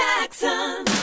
Jackson